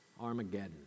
Armageddon